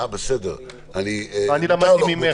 למדתי ממך.